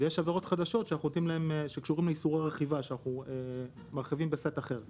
ויש עבירות חדשות שקשורות לאיסור רכיבה שאנחנו מרחיבים בסט אחר.